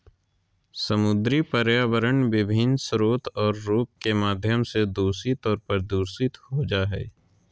समुद्री पर्यावरण विभिन्न स्रोत और रूप के माध्यम से दूषित और प्रदूषित हो जाय हइ